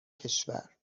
کشور